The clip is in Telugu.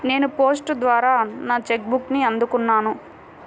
నేను పోస్ట్ ద్వారా నా చెక్ బుక్ని అందుకున్నాను